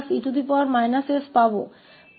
और फिर हमें 1s1e s मिलेगा